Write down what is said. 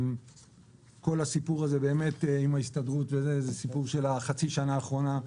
כל הסיפור עם ההסתדרות זה סיפור של חצי השנה האחרונה.